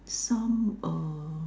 some uh